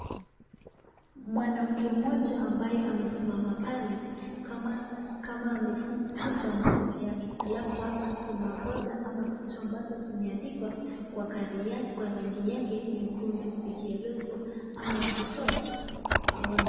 Mwanamke mmoja ambaye amesimama pale kama amekunja mkono yake. Halafu hapa kuna orodha ama vitu ambavyo vimeandikwa kwa rangi yake nyekundu ikieleza ama ikitoa orodha.